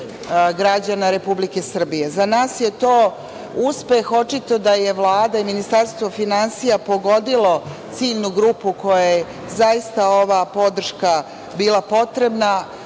građana Republike Srbije. Za nas je to uspeh. Očito da je Vlada i Ministarstvo finansija pogodilo ciljnu grupu kojoj je zaista ova podrška bila potrebna.